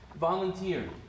volunteer